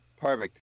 Perfect